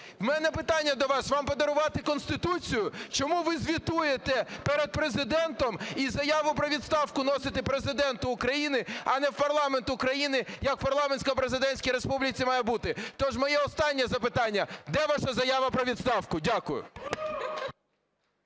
В мене питання до вас: вам подарувати Конституцію? Чому ви звітуєте перед Президентом і заяву про відставку носите Президенту України, а не в парламент України як в парламентсько-президентській республіці має бути? Тож моє останнє запитання: де ваша заява про відставку? Дякую.